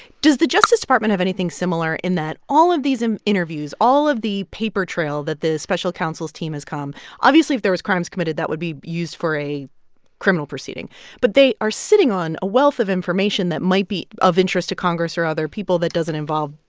does the justice department have anything similar in that all of these interviews, all of the paper trail that the special counsel's team has come obviously, if there was crimes committed, that would be used for a criminal proceeding but they are sitting on a wealth of information that might be of interest to congress or other people that doesn't involve,